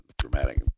dramatic